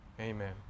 Amen